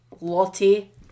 Lottie